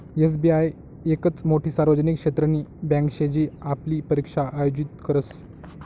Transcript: SBI येकच मोठी सार्वजनिक क्षेत्रनी बँके शे जी आपली परीक्षा आयोजित करस